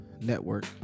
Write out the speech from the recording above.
network